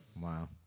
Wow